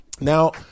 Now